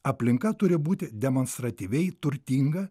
aplinka turi būti demonstratyviai turtinga